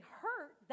hurt